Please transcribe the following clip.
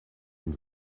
une